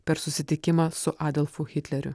per susitikimą su adolfu hitleriu